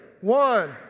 one